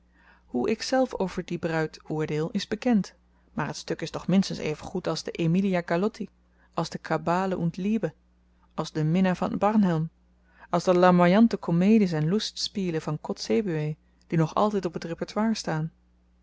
hoe ikzelf over die bruid oordeel is bekend maar t stuk is toch minstens even goed als de emilia galotti als de kabale und liebe als de minna van barnhelm als de larmoyante komedies en lustspiele van kotzebue die nog altyd op t repertoire staan